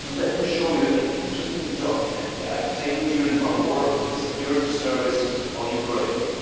let me show you an interesting document that i obtained during my work in the security service of ukraine.